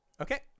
okay